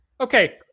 Okay